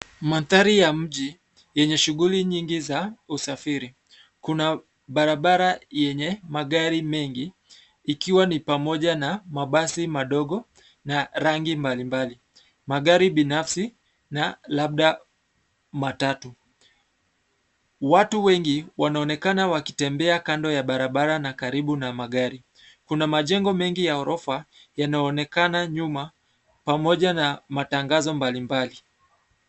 Mandhari ya mji, yenye shuguli nyingi za usafiri. Kuna barabara yenye magari mengi, ikiwa ni pamoja na mabasi madogo na rangi mbalimbali, magari binafsi na labda matatu. Watu wengi wanaonekana wakitembea kando ya barabara na karibu na magari. Kuna majengo mengi ya ghorofa yanayoonekana nyuma pamoja na matangazo mbalimbali.